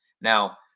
Now